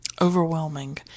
overwhelming